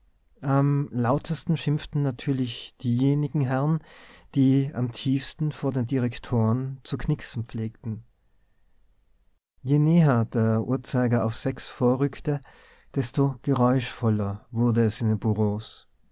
am lautesten schimpften natürlich diejenigen herren die am tiefsten vor den direktoren zu knixen pflegten je näher der uhrzeiger auf sechs vorrückte desto geräuschvoller wurde es in